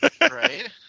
Right